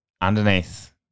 underneath